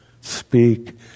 Speak